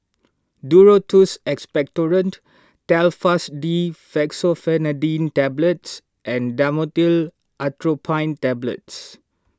Duro Tuss Expectorant Telfast D Fexofenadine Tablets and Dhamotil Atropine Tablets